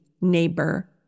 neighbor